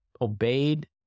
obeyed